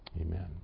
Amen